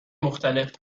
مختلف